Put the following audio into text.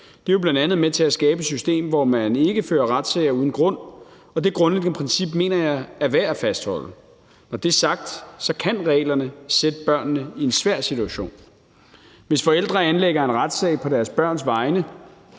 Det er jo bl.a. med til at skabe et system, hvor man ikke fører retssager uden grund, og det grundlæggende princip mener jeg er værd at fastholde. Når det er sagt, kan reglerne sætte børnene i en svær situation. Hvis forældre anlægger en retssag på deres børns vegne,